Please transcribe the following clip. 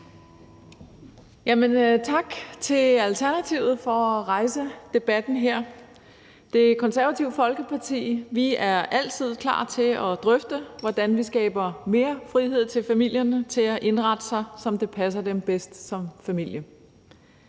Tak til Alternativet for at rejse debatten her. I Det Konservative Folkeparti er vi altid klar til at drøfte, hvordan vi skaber mere frihed til familierne til at indrette sig, som det passer dem bedst som familie.